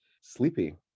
sleepy